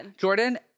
jordan